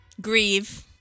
Grieve